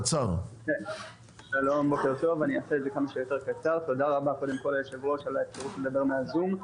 תודה רבה, אדוני היושב-ראש, על האפשרות לדבר בזום.